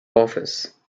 office